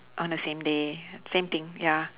on the same day same thing ya